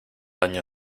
año